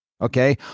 Okay